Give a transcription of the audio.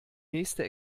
nächste